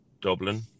Dublin